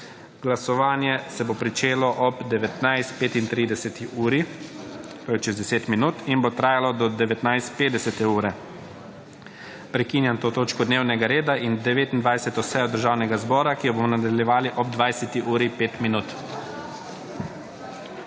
Glasovanje se bo začelo ob 19.35, to je čez deset minut in bo trajalo do 19.50. Prekinjam to točko dnevnega reda in 29. sejo Državnega zbora, ki jo bomo nadaljevali ob 20 uri in 5 minut.